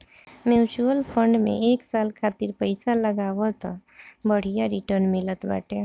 mutual fund में एक साल खातिर पईसा लगावअ तअ बढ़िया रिटर्न मिलत बाटे